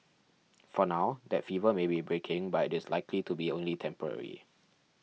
for now that fever may be breaking but it is likely to be only temporary